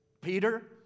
Peter